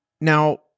now